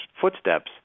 footsteps